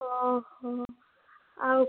ଓଃ ହୋ ଆଉ